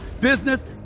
business